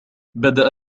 بدأ